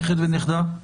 נכד ונכדה,